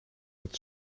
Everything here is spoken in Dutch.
het